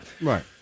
Right